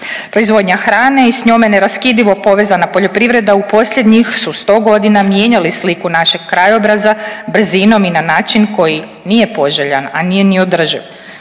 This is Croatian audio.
Proizvodnja hrane i s njome neraskidivo povezana poljoprivreda u posljednjih su 100 godina mijenjali sliku našeg krajobraza brzinom i na način koji nije poželjan, a nije ni održiv.